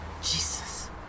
jesus